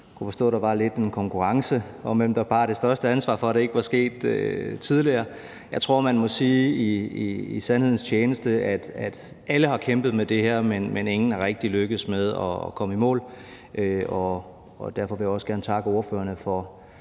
jeg kunne forstå, at der var lidt af en konkurrence om, hvem der bar det største ansvar for, at det ikke var sket tidligere. Jeg tror, man må sige i sandhedens tjeneste, at alle har kæmpet med det her, men at ingen rigtig er lykkedes med at komme i mål. Derfor vil jeg også gerne takke ordførerne for